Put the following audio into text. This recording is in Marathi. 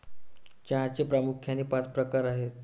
चहाचे प्रामुख्याने पाच प्रकार आहेत